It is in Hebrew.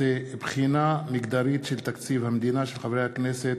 סטודנטים, של חברי הכנסת